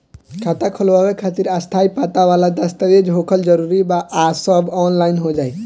खाता खोलवावे खातिर स्थायी पता वाला दस्तावेज़ होखल जरूरी बा आ सब ऑनलाइन हो जाई?